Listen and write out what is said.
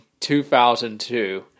2002